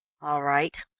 all right,